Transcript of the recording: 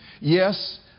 Yes